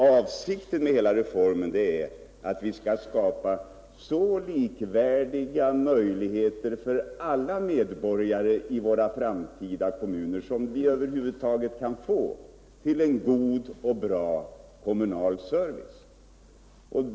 Avsikten med reformen är ju att vi skall skapa så likvärdiga möjligheter till en god och bra kommunal service för alla medborgare i våra framtida kommuner som vi över huvud taget kan få.